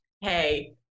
hey